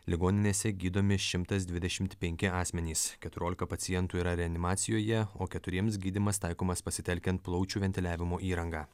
ligoninėse gydomi šimtas dvidešimt penki asmenys keturiolika pacientų yra reanimacijoje o keturiems gydymas taikomas pasitelkiant plaučių ventiliavimo įrangą